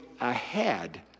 ahead